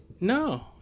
no